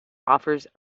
offers